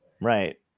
Right